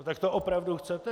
Tak to opravdu chcete?